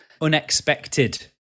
unexpected